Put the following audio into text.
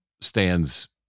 stands